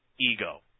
ego